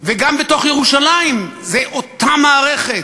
וגם בתוך ירושלים זה אותה מערכת.